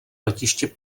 letiště